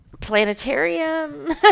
planetarium